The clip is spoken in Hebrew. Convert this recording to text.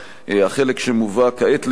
החלק שמובא כעת לאישור,